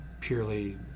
purely